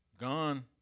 Gone